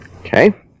Okay